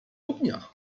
ognia